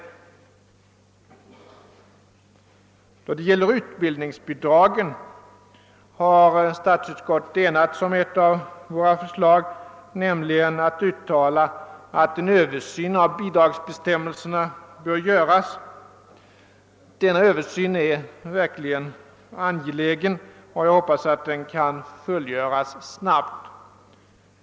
Då det gäller utbildningsbidragen har statsutskottet enats om ett av våra förslag, nämligen att uttala att en översyn av bidragsbestämmelserna bör göras. Denna översyn är verkligen angelägen och jag hoppas att den kan fullgöras snabbt.